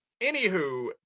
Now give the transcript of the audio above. anywho